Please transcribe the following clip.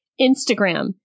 Instagram